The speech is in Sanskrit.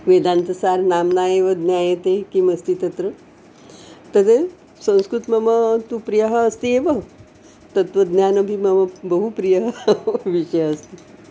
वेदान्तसारः नाम्ना एव ज्ञायते किमस्ति तत्र तद् संस्कृतं मम तु प्रियः अस्ति एव तत्वज्ञानमपि मम बहु प्रियः विषयः अस्ति